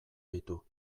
ditu